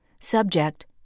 Subject